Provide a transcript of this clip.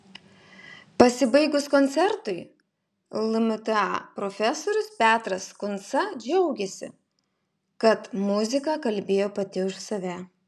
pasibaigus koncertui lmta profesorius petras kunca džiaugėsi kad muzika kalbėjo pati už save